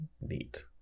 neat